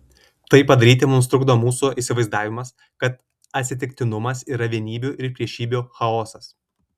tai padaryti mums trukdo mūsų įsivaizdavimas kad atsitiktinumas yra vienybių ir priešybių chaosas